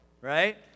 right